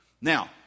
now